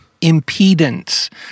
impedance